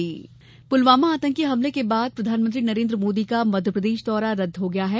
मोदी दौरा रदद पुलवामा आतंकी हमले के बाद प्रधानमंत्री नरेन्द्र मोदी का मध्यप्रदेश दौरा रदद हो गया है